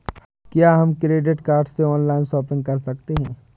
क्या हम credit card से ऑनलाइन शॉपिंग कर सकते हैं?